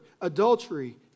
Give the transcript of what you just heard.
adultery